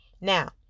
Now